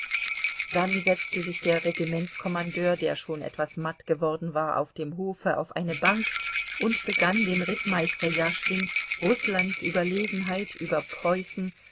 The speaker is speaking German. dann setzte sich der regimentskommandeur der schon etwas matt geworden war auf dem hofe auf eine bank und begann dem rittmeister jaschwin rußlands überlegenheit über preußen